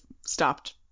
stopped